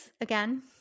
Again